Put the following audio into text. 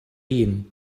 hun